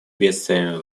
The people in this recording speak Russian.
бедствиями